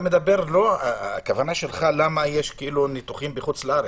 הכוונה שלך, למה יש ניתוחים בחו"ל.